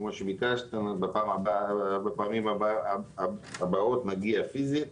כמו שביקשת, בפעמים הבאות נגיע פיזית.